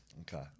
Okay